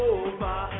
over